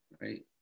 right